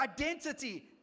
identity